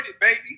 baby